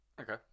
okay